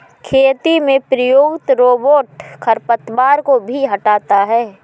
खेती में प्रयुक्त रोबोट खरपतवार को भी हँटाता है